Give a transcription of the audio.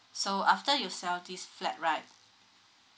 so after you sell this flat right